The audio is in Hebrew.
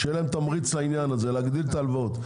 שיהיה להם תמריץ לעניין הזה, להגדיל את ההלוואות.